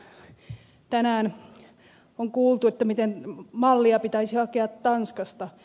tänään on kuultu miten mallia pitäisi hakea tanskasta